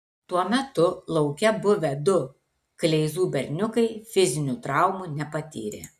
tuo metu lauke buvę du kleizų berniukai fizinių traumų nepatyrė